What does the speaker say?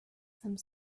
some